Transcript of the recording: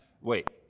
Wait